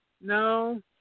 No